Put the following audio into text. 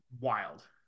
wild